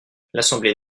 l’assemblée